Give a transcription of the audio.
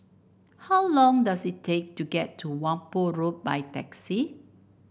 how long does it take to get to Whampoa Road by taxi